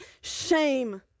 shame